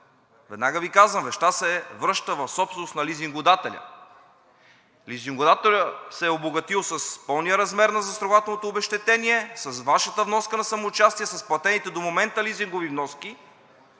Веднага Ви казвам: вещта се връща в собственост на лизингодателя. Лизингодателят се е обогатил с пълния размер на застрахователното обезщетение, с Вашата вноска на самоучастие, с платените до момента лизингови вноски